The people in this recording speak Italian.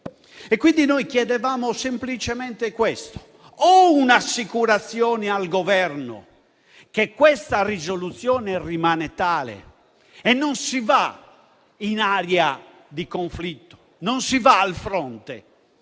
fronte. Noi chiedevamo semplicemente questo: o un'assicurazione al Governo che questa risoluzione rimarrà tale e non si andrà in area di conflitto, cioè al fronte,